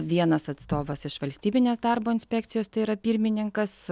vienas atstovas iš valstybinės darbo inspekcijos tai yra pirmininkas